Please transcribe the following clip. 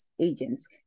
agents